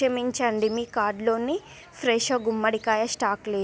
క్షమించండి మీ కార్డులోని ఫ్రెషో గుమ్మడికాయ స్టాకు లే